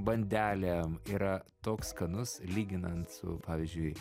bandele yra toks skanus lyginant su pavyzdžiui